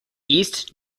east